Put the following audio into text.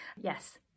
yes